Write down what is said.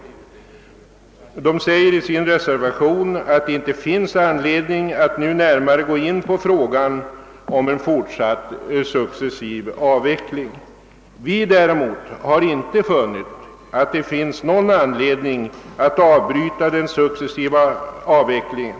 Socialdemokraterna skriver i sin reservation, att det inte finns anledning att nu närmare gå in på frågan om en fortsatt successiv avveckling. Vi däremot har inte funnit att det finns något skäl att avbryta den successiva avvecklingen.